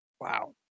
Wow